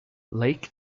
lake